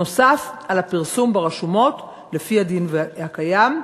נוסף על הפרסום ברשומות לפי הדין הקיים.